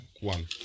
one